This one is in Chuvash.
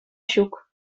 ҫук